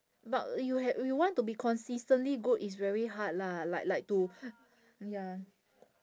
but you had you want to be consistently good it's very hard lah like like to ya